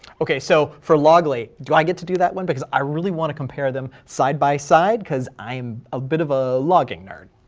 okay, so for loggly, do i get to do that one? because i really want to compare them side by side, because i'm a bit of a logging nerd.